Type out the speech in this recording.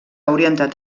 orientat